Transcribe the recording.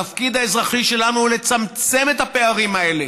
התפקיד האזרחי שלנו הוא לצמצם את הפערים האלה.